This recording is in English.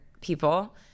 people